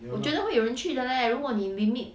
我觉得会有人去的 leh 如果你 limit